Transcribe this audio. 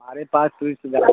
हमारे पास तो इस